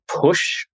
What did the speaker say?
push